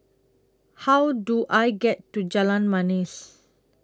How Do I get to Jalan Manis